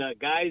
guys